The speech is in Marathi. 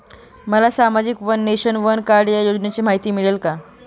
मला सामाजिक वन नेशन, वन कार्ड या योजनेची माहिती मिळेल का?